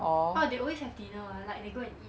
orh they always got dinner [one] like they go and eat